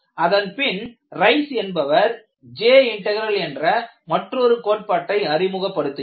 அதன்பின் ரைஸ் என்பவர் J integral என்ற மற்றொரு கோட்பாட்டை அறிமுகப்படுத்தினார்